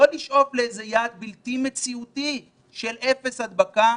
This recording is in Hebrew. לא לשאוף לאיזה יעד בלתי מציאותי של אפס הדבקה